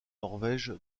norvège